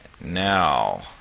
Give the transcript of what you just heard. now